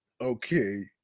Okay